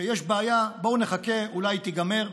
כשיש בעיה, בואו נחכה אולי היא תיגמר.